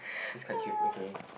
its quite cute okay